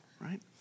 Right